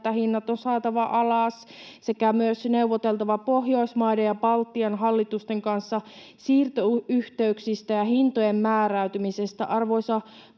että hinnat on saatava alas — sekä myös neuvoteltava Pohjoismaiden ja Baltian hallitusten kanssa siirtoyhteyksistä ja hintojen määräytymisestä. Arvoisa puhemies!